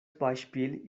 beispiel